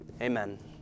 Amen